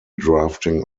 drafting